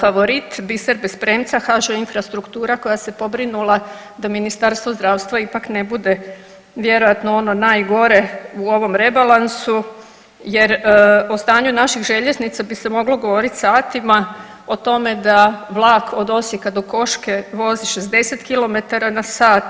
favorit biser bez premca HŽ-Infrastruktura koja se pobrinula da Ministarstvo zdravstva ipak ne bude vjerojatno ono najgore u ovom rebalansu jer o stanju naših željeznica bi se moglo govorit satima o tome da vlak od Osijeka do Koške vozi 60 km/